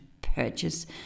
purchase